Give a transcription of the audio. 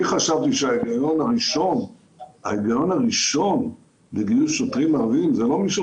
אני חשבתי שההיגיון הראשון לגיוס שוטרים ערבים זה לא משום